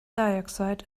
dioxide